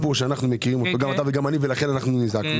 כאשר המחיר של הקנולה והחמנייה הוא 70,80 דולר לטון מתחת.